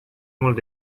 mult